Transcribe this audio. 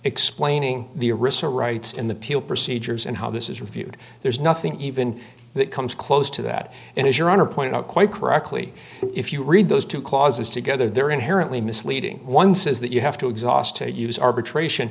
explaining the arista rights in the peel procedures and how this is reviewed there's nothing even that comes close to that and as your honor point out quite correctly if you read those two clauses together they're inherently misleading one says that you have to exhaust to use arbitration